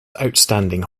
outstanding